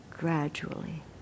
Gradually